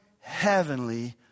heavenly